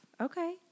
Okay